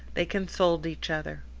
they consoled each other.